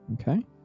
Okay